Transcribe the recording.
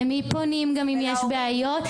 גם למי פונים אם יש בעיות,